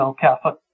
Catholic